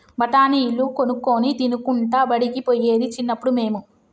బఠాణీలు కొనుక్కొని తినుకుంటా బడికి పోయేది చిన్నప్పుడు మేము